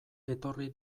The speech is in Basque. etorri